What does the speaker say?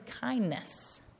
kindness